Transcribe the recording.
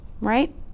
right